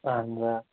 اَہَن حظ آ